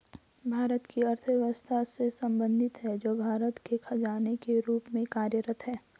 भारत की अर्थव्यवस्था से संबंधित है, जो भारत के खजाने के रूप में कार्यरत है